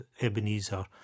Ebenezer